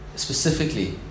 Specifically